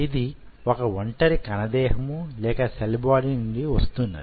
ఇది ఒక వొంటరి కణదేహము లేక సెల్ బాడీ నుండి వస్తున్నది